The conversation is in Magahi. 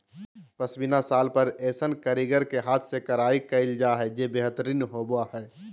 पश्मीना शाल पर ऐसन कारीगर के हाथ से कढ़ाई कयल जा हइ जे बेहतरीन होबा हइ